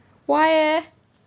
why leh